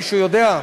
מישהו יודע?